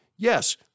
Yes